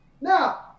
Now